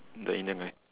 the indian guy